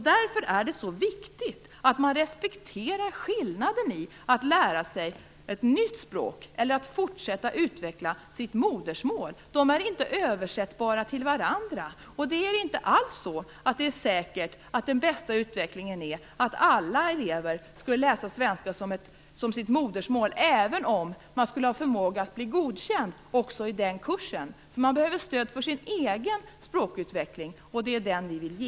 Därför är det så viktigt att man respekterar skillnaden mellan att lära sig ett nytt språk och att fortsätta utveckla sitt modersmål. Detta är inte översättningsbart sinsemellan. Det är inte alls säkert att den bästa utvecklingen är att alla elever skall läsa svenska som sitt modersmål, även om en elev har förmågan att bli godkänd också i den kursen. Eleven behöver nämligen stöd för sin egen språkutveckling, och det är det som vi vill ge.